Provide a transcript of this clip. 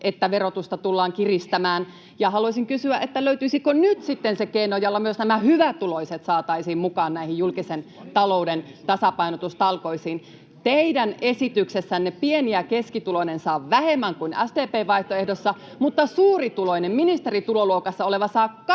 että verotusta tullaan kiristämään, ja haluaisin kysyä, löytyisikö nyt sitten se keino, jolla myös nämä hyvätuloiset saataisiin mukaan näihin julkisen talouden tasapainotustalkoisiin. Teidän esityksessänne pieni- ja keskituloinen saa vähemmän kuin SDP:n vaihtoehdossa, mutta suurituloinen, ministerin tuloluokassa oleva, saa 2